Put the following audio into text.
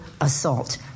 assault